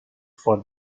for